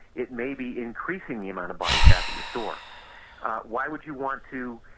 it may be increasing the amount of body fat that you store why would you want to,